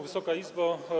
Wysoka Izbo!